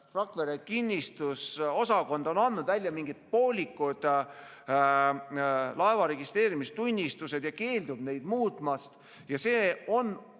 Rakvere kinnistusosakond on andnud välja mingid poolikud laeva registreerimistunnistused ja keeldub neid muutmast. See on